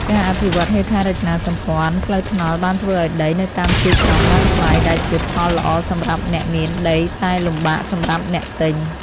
ការអភិវឌ្ឍហេដ្ឋារចនាសម្ព័ន្ធផ្លូវថ្នល់បានធ្វើឱ្យដីនៅតាមជាយក្រុងឡើងថ្លៃដែលជាផលល្អសម្រាប់អ្នកមានដីតែលំបាកសម្រាប់អ្នកទិញ។